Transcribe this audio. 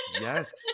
Yes